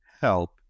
help